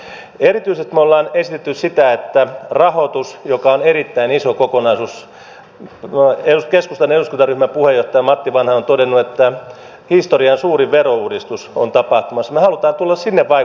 erityisesti me olemme esittäneet sitä että rahoitukseen joka on erittäin iso kokonaisuus keskustan eduskuntaryhmän puheenjohtaja matti vanhanen on todennut että historian suurin verouudistus on tapahtumassa me haluamme tulla vaikuttamaan mukaan